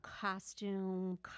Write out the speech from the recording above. costume